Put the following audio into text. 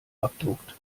abdruckt